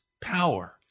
power